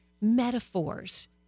metaphors